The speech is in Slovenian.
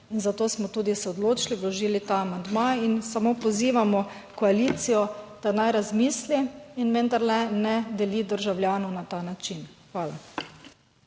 zato smo tudi se odločili, vložili ta amandma in samo pozivamo koalicijo, da naj razmisli in vendarle ne deli državljanov na ta način. Hvala.